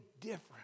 different